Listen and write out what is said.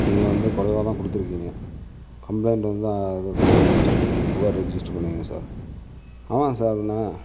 நீங்கள் வந்து குறைவாதான் கொடுத்துருக்கீங்க கம்ப்ளைன்ட் வந்து இது பண்ணுங்க ரெஜிஸ்டர் பண்ணுங்க புகார் ரெஜிஸ்டர் பண்ணிகோங்க சார் ஆமாங்க சார் பின்னே